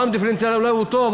מע"מ דיפרנציאלי אולי הוא טוב,